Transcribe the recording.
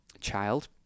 child